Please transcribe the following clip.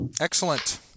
Excellent